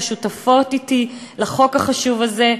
ששותפות אתי לחוק החשוב הזה,